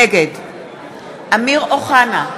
נגד אמיר אוחנה,